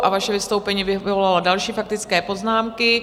A vaše vystoupení vyvolalo další faktické poznámky.